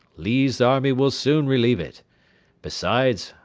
lee's army will soon relieve it besides,